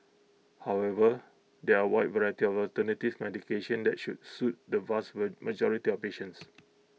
however there are wide variety of alternative medication that should suit the vast majority of patients